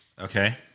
Okay